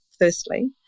firstly